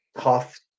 tough